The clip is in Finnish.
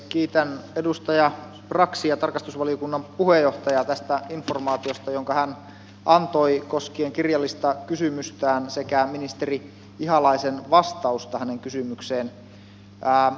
kiitän edustaja braxia tarkastusvaliokunnan puheenjohtajaa tästä informaatiosta jonka hän antoi koskien kirjallista kysymystään sekä ministeri ihalaisen vastausta hänen kysymykseensä